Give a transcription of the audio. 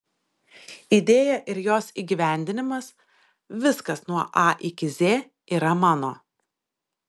idėja ir jos įgyvendinimas viskas nuo a iki z yra mano